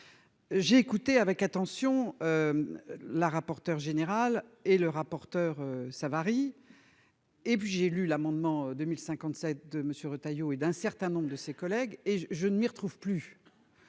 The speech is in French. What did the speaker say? J'ai écouté avec attention la rapporteure générale et le rapporteur Savary, puis j'ai lu l'amendement n° 2057 de M. Retailleau et d'un certain nombre de ses collègues. Depuis, je ne m'y retrouve plus